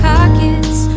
Pockets